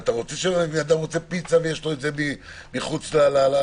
אם בן אדם רוצה פיצה וזה מחוץ לאזור?